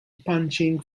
punching